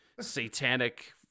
satanic